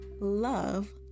love